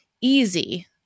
easy